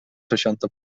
seixanta